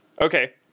Okay